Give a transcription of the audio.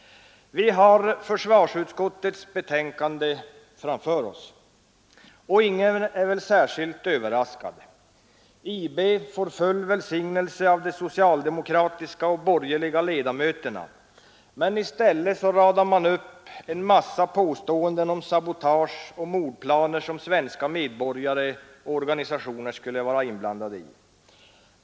Vi har försvarsutskottets betänkande framför oss. Ingen är väl särskilt överraskad. IB får full välsignelse av de socialdemokratiska och borgerliga ledamöterna, och man radar upp en massa påståenden om sabotageoch mordplaner som svenska medborgare och organisationer skulle vara inblandade i.